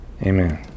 Amen